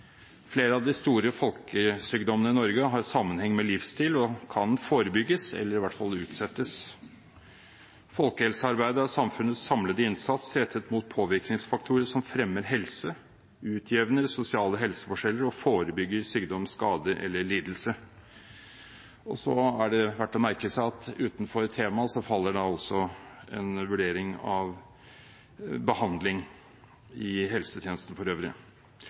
Flere av de store folkesykdommene i Norge har sammenheng med livsstil og kan forebygges, eller i hvert fall utsettes. Folkehelsearbeidet er samfunnets samlede innsats rettet mot påvirkningsfaktorer som fremmer helse, utjevner sosiale helseforskjeller og forebygger sykdom, skade eller lidelse. Så er det verdt å merke seg at utenfor temaet faller en vurdering av behandling i helsetjenesten for øvrig.